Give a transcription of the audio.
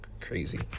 crazy